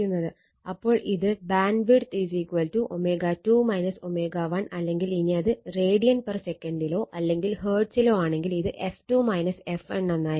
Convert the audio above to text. അപ്പോൾ ഇത് BW ω2 ω1 അല്ലെങ്കിൽ ഇനിയത് റേഡിയൻ പെർ സെക്കൻഡിലോ അല്ലെങ്കിൽ ഹെർട്സിലോ ആണെങ്കിൽ ഇത് f2 f1 എന്നാവും